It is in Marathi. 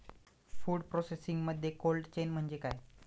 फूड प्रोसेसिंगमध्ये कोल्ड चेन म्हणजे काय?